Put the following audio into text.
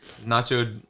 nacho